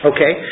Okay